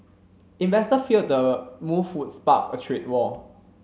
investor feared the move would spark a trade war